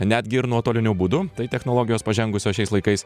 netgi ir nuotoliniu būdu tai technologijos pažengusios šiais laikais